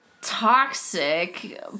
toxic